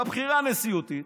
בבחירה הנשיאותית